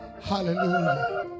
Hallelujah